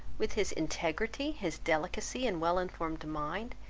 with his integrity, his delicacy, and well-informed mind,